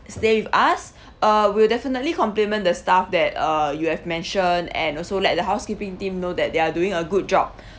stay with us uh we'll definitely compliment the staff that uh you have mentioned and also let the housekeeping team know that they are doing a good job